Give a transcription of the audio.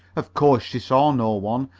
of course she saw no one,